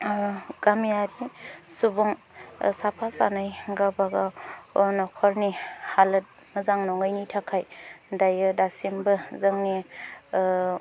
गामियारि सुबुं साफा सानै गावबा गाव न'खरनि हालोद मोजां नङैनि थाखाय दायो दासिमबो जोंनि